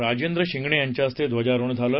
राजेंद्र शिंगणे यांच्या हस्ते ध्वजारोहण झालं